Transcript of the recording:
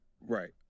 Right